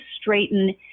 straighten